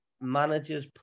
managers